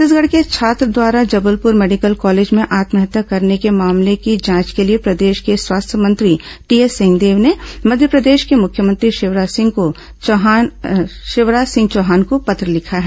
छत्तीसगढ़ के छात्र द्वारा जबलपुर मेडिकल कॉलेज में आत्महत्या करने के मामले में जांच के लिए प्रदेश के स्वास्थ्य मंत्री टीएस सिंहदेव ने मध्यप्रर्देश के मुख्यमंत्री शिवराज सिंह चौहान को पत्र लिखा है